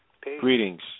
Greetings